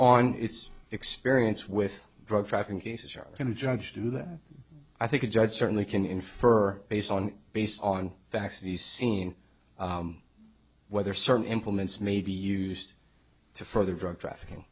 on its experience with drug trafficking cases are going to judge to that i think a judge certainly can infer based on based on facts the scene whether certain implements may be used to further drug trafficking